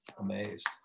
amazed